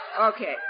Okay